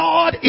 God